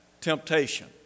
temptation